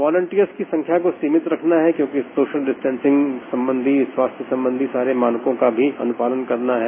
volunteers की संख्या को सीमित रखना है क्योंकि सोशल डिस्टेंसिंग संबंधी स्वास्थ्य संबंधी सारे मानकों का भी अनुपालन करना है